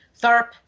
Tharp